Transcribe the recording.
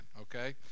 okay